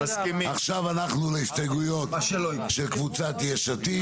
עכשיו אנחנו להסתייגויות של קבוצת יש עתיד